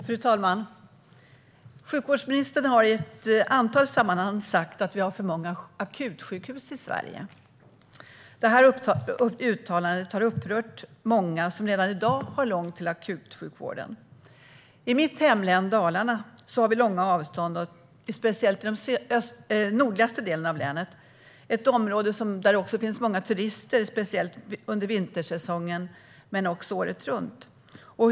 Fru talman! Sjukvårdsministern har i ett antal sammanhang sagt att vi har för många akutsjukhus i Sverige. Detta uttalande har upprört många som redan i dag har långt till akutsjukvården. I mitt hemlän Dalarna har vi långa avstånd, speciellt i den nordligaste delen av länet som är ett område där det finns många turister under vintersäsongen men även året runt.